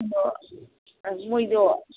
ꯑꯗꯣ ꯃꯣꯏꯗꯣ